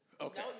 Okay